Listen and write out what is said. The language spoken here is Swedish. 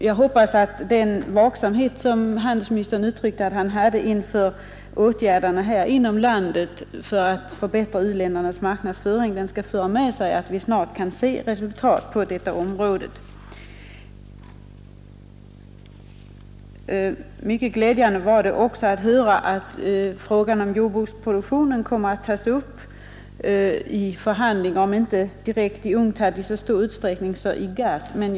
Jag hoppas att den vaksamhet som handelsministern uttryckte att han kände inför åtgärderna i vårt land för att förbättra u-ländernas marknadsföring här snart skall leda till resultat på detta område. Mycket glädjande var det också att höra att frågan om jordbruksproduktionen kommer att tas upp i förhandlingar, om inte i så stor utsträckning direkt i UNCTAD så dock i GATT.